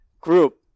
group